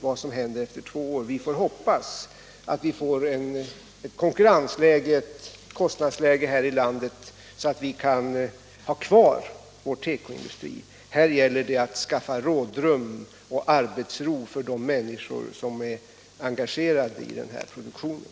Vi får hoppas att vi får ett konkurrensoch kostnadsläge här i landet, som gör att vi kan behålla vår tekoindustri. Vad det nu gäller är att skapa rådrum och arbetsro för de människor som är engagerade i denna produktion.